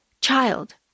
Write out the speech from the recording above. child